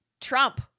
Trump